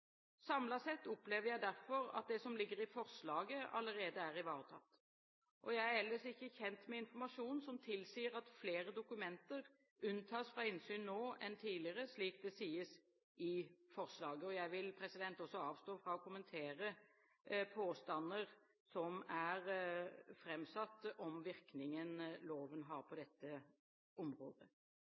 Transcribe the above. sett opplever jeg derfor at det som ligger i forslaget, allerede er ivaretatt. Jeg er ellers ikke kjent med informasjon som tilsier at flere dokumenter unntas fra innsyn nå enn tidligere, slik det sies i forslaget. Jeg vil også avstå fra å kommentere påstander som er framsatt om virkningen loven har på dette området.